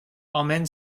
emmène